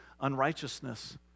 unrighteousness